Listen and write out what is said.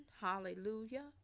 hallelujah